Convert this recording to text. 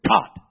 God